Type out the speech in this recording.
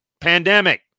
pandemic